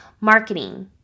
marketing